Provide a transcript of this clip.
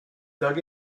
dug